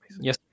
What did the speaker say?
Yes